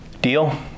Deal